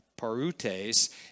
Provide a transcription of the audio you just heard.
parutes